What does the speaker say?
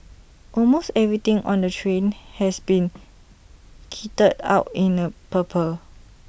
almost everything on the train has been kitted out in the purple